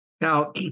Now